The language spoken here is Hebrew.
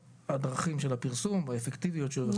הדרכים של המשרד לפרסום החוק והאפקטיביות שלו,